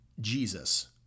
Jesus